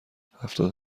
هفتاد